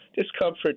discomfort